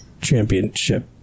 Championship